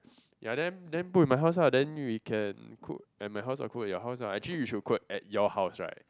ya then then put at my house lah then we can cook at my house or cook your house ah actually we should cook at your house right